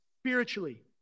spiritually